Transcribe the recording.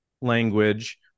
language